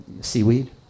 seaweed